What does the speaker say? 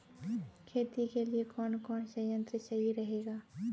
खेती के लिए कौन कौन संयंत्र सही रहेगा?